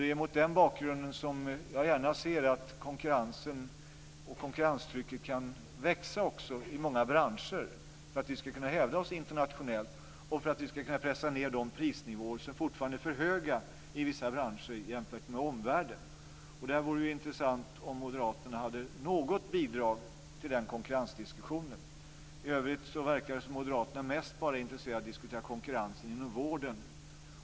Det är mot den bakgrunden som jag gärna ser att konkurrensen och konkurrenstrycket kan växa i många branscher, för att vi ska kunna hävda oss internationellt och för att vi ska kunna pressa ned de prisnivåer som fortfarande är för höga i vissa branscher jämfört med omvärlden. Det vore intressant om moderaterna hade något bidrag till den konkurrensdiskussionen. I övrigt verkar det som om moderaterna mest är intresserade av att diskutera konkurrensen inom vården.